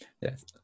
Yes